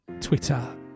Twitter